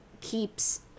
keeps